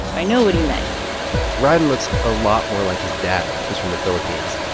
i know what he meant rieden looks a lot more like his dad, who's from the philippines.